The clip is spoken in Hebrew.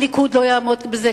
הליכוד לא יעמוד בזה,